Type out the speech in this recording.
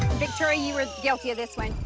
victoria you were guilty of this one.